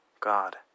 God